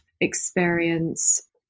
experience